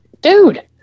dude